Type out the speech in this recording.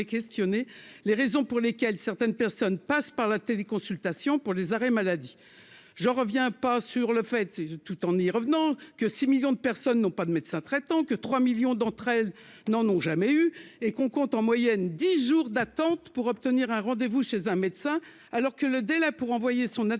les raisons pour lesquelles certaines personnes passent par la télé consultation pour les arrêts maladie, j'en reviens pas sur le fait, c'est tout en y revenant que 6 millions de personnes n'ont pas de médecin traitant que 3 millions d'entre elles n'en ont jamais eu et qu'on compte en moyenne 10 jours d'attente pour obtenir un rendez-vous chez un médecin, alors que le délai pour envoyer son attestation